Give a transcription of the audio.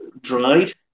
dried